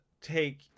take